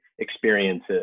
experiences